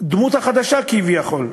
הדמות החדשה, כביכול,